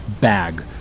bag